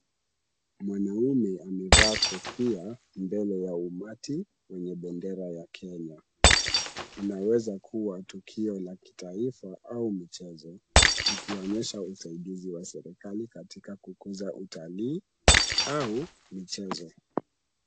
Mwanaume amevaa kofia mbele ya umati wenye bendera ya Kenya. Inaweza kuwa tukio la kitaifa au michezo likionyesha usaidizi wa serikali katika kukuza utalii au michezo.